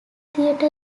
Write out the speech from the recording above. theatre